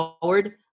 forward